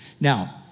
Now